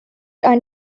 ein